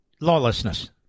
lawlessness